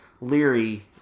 Leary